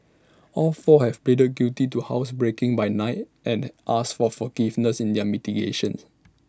all four have pleaded guilty to housebreaking by night and asked for forgiveness in their mitigation